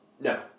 No